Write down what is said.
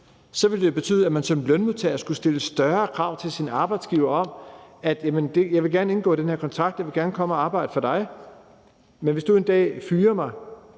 ville det betyde, at man som lønmodtager skulle stille større krav til sin arbejdsgiver: Jeg vil gerne indgå den her kontrakt, jeg vil gerne komme og arbejde for dig, men hvis du en dag fyrer mig